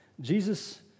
Jesus